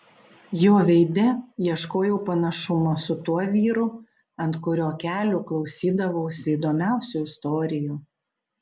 jo veide ieškojau panašumo su tuo vyru ant kurio kelių klausydavausi įdomiausių istorijų